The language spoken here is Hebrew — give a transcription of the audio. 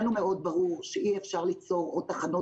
לנו מאוד ברור שאי אפשר ליצור עוד תחנות